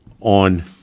on